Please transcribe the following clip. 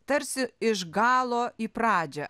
tarsi iš galo į pradžią